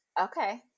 okay